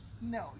No